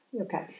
okay